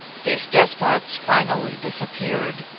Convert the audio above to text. these despots finally disappeared,